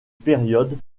période